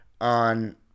on